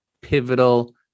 pivotal